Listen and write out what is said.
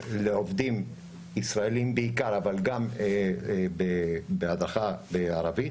לעובדים ישראליים בעיקר אבל גם הדרכה בערבית.